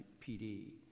PD